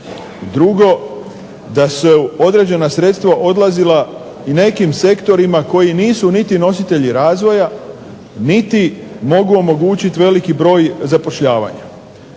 drugo da su određena sredstva odlazila u nekim sektorima koji nisu niti nositelji razvoja niti mogu omogućiti veliki broj zapošljavanja.